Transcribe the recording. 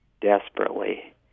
desperately